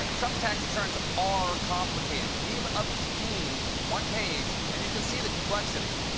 trump's tax returns are complicated. we've obtained one page, and you can see the complexity.